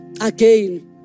again